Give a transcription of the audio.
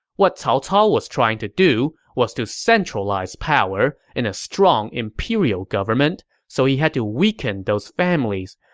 what cao cao was trying to do was to centralize power in a strong imperial government, so he had to weaken those families,